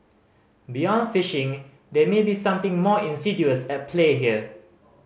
beyond phishing there may be something more insidious at play here